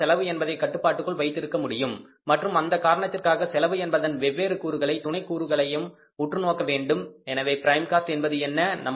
ஆனால் செலவு என்பதை கட்டுப்பாட்டுக்குள் வைத்திருக்க முடியும் மற்றும் அந்த காரணத்திற்காக செலவு என்பதன் வெவ்வேறு கூறுகளையும் துணை கூறுகளையும் உற்றுநோக்க வேண்டும் எனவே பிரைம் காஸ்ட் என்பது என்ன